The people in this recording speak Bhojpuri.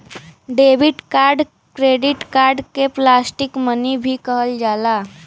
डेबिट कार्ड क्रेडिट कार्ड के प्लास्टिक मनी भी कहल जाला